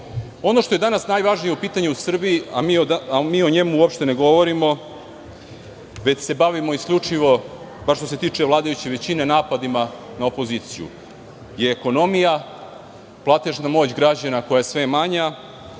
što je danas najvažnije pitanje u Srbiji, a mi o njemu uopšte ne govorimo, već se bavimo isključivo, bar što se tiče vladajuće većine, napadima na opoziciju, je ekonomija, platežna moć građana koja je sve manja. Ono